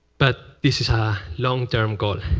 but this is a long-term goal.